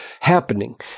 happening